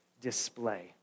display